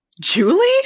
Julie